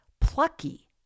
plucky